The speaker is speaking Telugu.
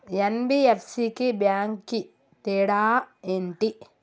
ఎన్.బి.ఎఫ్.సి కి బ్యాంక్ కి తేడా ఏంటి?